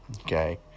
okay